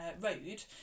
road